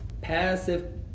passive